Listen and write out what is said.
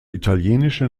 italienische